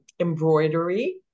embroidery